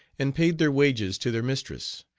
and paid their wages to their mistress,